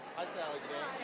a delegate